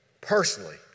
personally